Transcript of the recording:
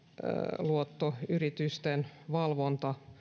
pikaluottoyritysten valvonta